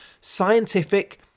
scientific